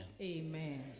Amen